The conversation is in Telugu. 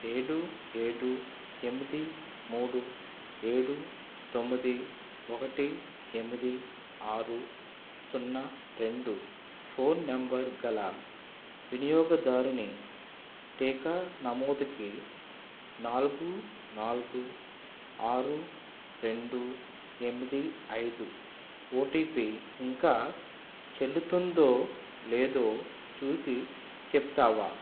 ఏడు ఏడు ఎనిమిది మూడు ఏడు తొమ్మిది ఒకటి ఎనిమిది ఆరు సున్నా రెండు ఫోన్ నెంబర్ గల వినియోగదారుని టీకా నమోదుకి నాలుగు నాలుగు ఆరు రెండు ఎనిమిది ఐదు ఓటిపి ఇంకా చెల్లుతుందో లేదో చూసి చెప్తావా